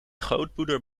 grootmoeder